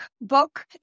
book